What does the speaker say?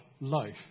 life